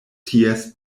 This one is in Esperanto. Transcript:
ties